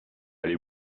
aller